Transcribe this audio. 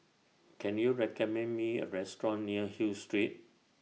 Can YOU recommend Me A Restaurant near Hill Street